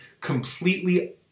completely